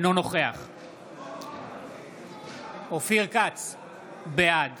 בעד